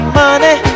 money